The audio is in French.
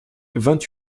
vingt